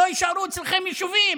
לא יישארו אצלכם יישובים,